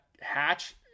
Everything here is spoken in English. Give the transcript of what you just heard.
hatch